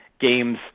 games